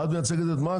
את מייצגת את מקס?